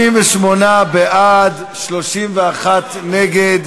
38 בעד, 31 נגד.